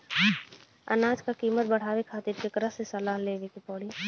अनाज क कीमत बढ़ावे खातिर केकरा से सलाह लेवे के पड़ी?